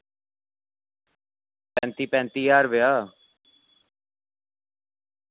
पैंती पैंती ज्हार रपेआ